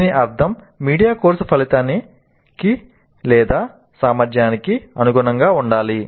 దీని అర్థం media course ఫలితానికి లేదా సామర్థ్యానికి అనుగుణంగా ఉండాలి